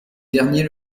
derniers